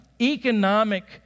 economic